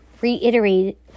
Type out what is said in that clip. Reiterate